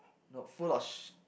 no full of